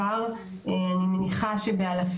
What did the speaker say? אני אתייחס לזה.